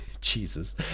Jesus